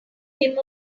him